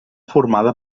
formada